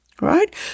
Right